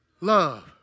love